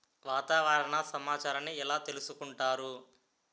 వాతావరణ సమాచారాన్ని ఎలా తెలుసుకుంటారు?